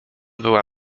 była